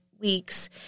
weeks